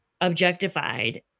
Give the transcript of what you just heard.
objectified